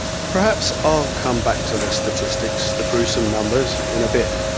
perhaps i'll come back to the statistics, the gruesome numbers, in a bit.